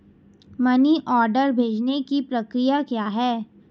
Money order भेजने की प्रक्रिया क्या है?